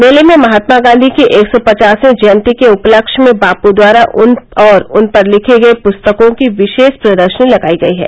मेले में महात्मा गांधी की एक सौ पचासवीं जयंती के उपलक्ष्य में बापू द्वारा और उन पर लिखी गई पुस्तकों की विशेष प्रदर्शनी लगाई गयी है